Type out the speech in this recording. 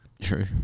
True